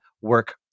work